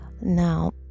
Now